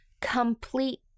complete